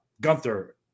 Gunther